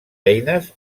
eines